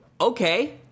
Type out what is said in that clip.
okay